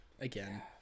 again